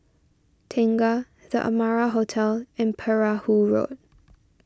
Tengah the Amara Hotel and Perahu Road